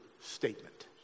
statement